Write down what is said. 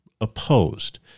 opposed